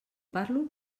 parlo